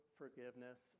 forgiveness